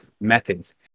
methods